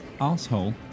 asshole